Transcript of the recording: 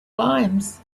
limes